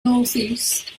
northeast